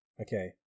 okay